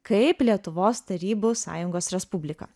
kaip lietuvos tarybų sąjungos respubliką